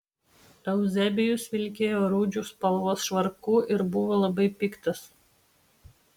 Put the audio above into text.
euzebijus vilkėjo rūdžių spalvos švarku ir buvo labai piktas